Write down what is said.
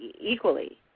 equally